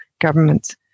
governments